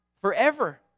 forever